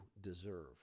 deserve